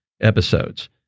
episodes